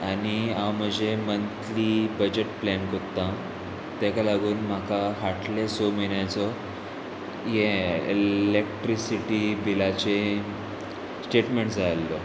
आनी हांव म्हजें मंथली बजट प्लॅन कोत्ता तेका लागून म्हाका हाटल्या स म्हयन्याचो ये इलेक्ट्रिसिटी बिलाचे स्टेटमेंट जाय आल्हे